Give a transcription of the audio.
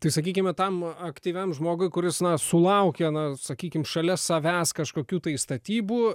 tai sakykime tam aktyviam žmogui kuris na sulaukia na sakykim šalia savęs kažkokių tai statybų